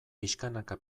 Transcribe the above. pixkanaka